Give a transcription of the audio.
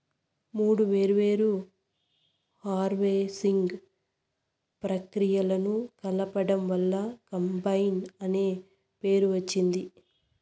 మూడు వేర్వేరు హార్వెస్టింగ్ ప్రక్రియలను కలపడం వల్ల కంబైన్ అనే పేరు వచ్చింది